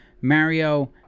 Mario